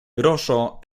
groŝo